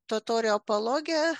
totorių apologija